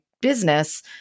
business